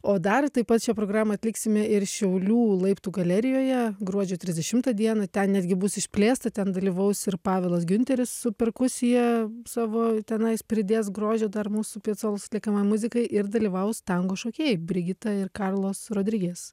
o dar taip pat šią programą atliksime ir šiaulių laiptų galerijoje gruodžio trisdešimtą dieną ten netgi bus išplėsta ten dalyvaus ir pavelas giunteris su perkusija savo tenais pridės grožio dar mūsų piacolos atliekama muzikai ir dalyvaus tango šokėjai brigita ir karlos rodriges